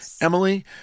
Emily